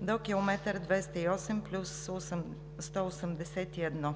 до км 208+181.